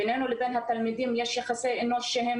בינינו לבין התלמידים יש יחסי אנוש שהם